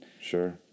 Sure